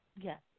Yes